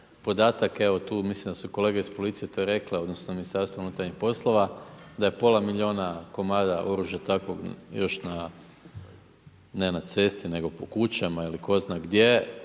podatak evo tu mislim da su kolege iz policije to rekle, odnosno iz Ministarstva unutarnjih poslova, da je pola milijuna komada oružja takvog još na ne na cesti nego po kućama ili tko zna gdje,